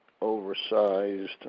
oversized